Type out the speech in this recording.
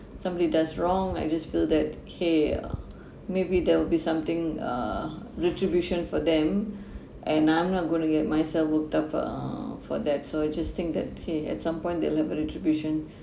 somebody does wrong I just feel that okay ah maybe there will be something uh retribution for them and I'm not going to get myself worked up for uh for that so I just think that okay at some point they'll have a retribution